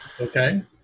Okay